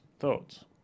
thoughts